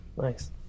Nice